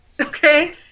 okay